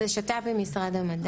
זה שת"פ עם משרד המדע.